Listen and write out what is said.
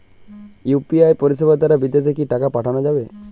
UPI পরিষেবা দারা বিদেশে কি টাকা পাঠানো যাবে?